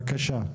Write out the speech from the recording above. בבקשה.